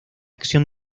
acción